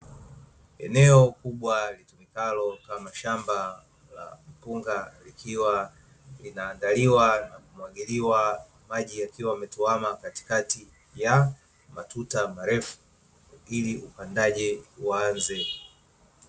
Eneo kubwa litumikalo kama shamba la mpunga likiwa linaandaliwa na kumwagiliwa. Maji yakiwa yametuama katikati ya matuta marefu ili upandaji uanze.